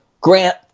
Grant